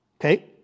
Okay